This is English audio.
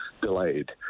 Delayed